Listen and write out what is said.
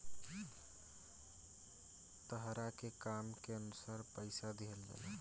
तहरा के काम के अनुसार पइसा दिहल जाइ